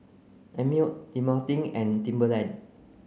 Einmilk Dequadin and Timberland